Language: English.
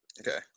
Okay